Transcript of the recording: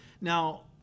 Now